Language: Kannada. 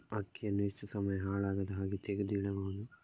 ಅಕ್ಕಿಯನ್ನು ಎಷ್ಟು ಸಮಯ ಹಾಳಾಗದಹಾಗೆ ತೆಗೆದು ಇಡಬಹುದು?